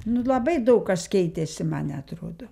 nu labai daug kas keitėsi man atrodo